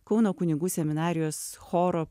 kauno kunigų seminarijos choro